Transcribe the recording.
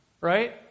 right